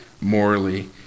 morally